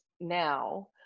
now